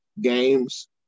games